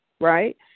right